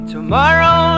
Tomorrow